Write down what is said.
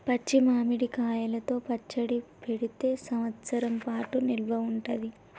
పచ్చి మామిడి కాయలతో పచ్చడి పెడితే సంవత్సరం పాటు నిల్వ ఉంటది